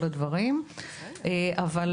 חשוב